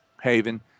Haven